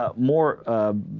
ah more ah.